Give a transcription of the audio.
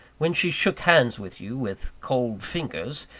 when she shook hands with you with cold fingers,